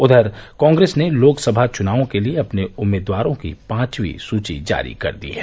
उधर कांग्रेस ने लोकसभा चुनावों के लिए अपने उम्मीदवारों की पांचवी सूची जारी कर दी है